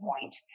point